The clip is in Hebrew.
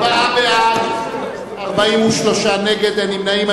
ארבעה בעד, 43 נגד, אין נמנעים.